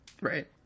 Right